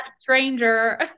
stranger